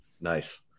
nice